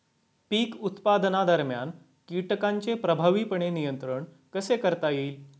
पीक उत्पादनादरम्यान कीटकांचे प्रभावीपणे नियंत्रण कसे करता येईल?